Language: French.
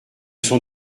sont